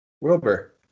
Wilbur